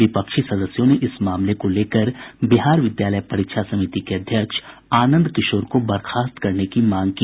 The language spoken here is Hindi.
विपक्षी सदस्यों ने इस मामले को लेकर बिहार विद्यालय परीक्षा समिति के अध्यक्ष आनंद किशोर को बर्खास्त करने की मांग की